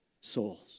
Souls